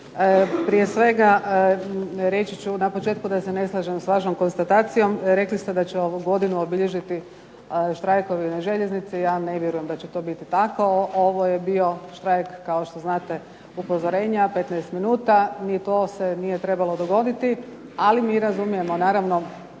prije svega reći ću na početku da se ne slažem s vašom konstatacijom. Rekli ste da će ovu godinu obilježiti štrajkovi na željeznici. Ja ne vjerujem da će to biti tako. Ovo je bio štrajk kao što znate upozorenja, 15 minuta. Ni to se nije trebalo dogoditi. Ali mi razumijemo naravno